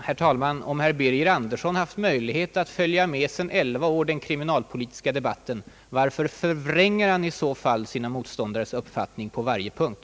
Herr talman! Om herr Birger Andersson haft möjlighet att sedan elva år följa med i den kriminalpolitiska debatten, varför förvränger han i så fall sina motståndares mening på varje punkt?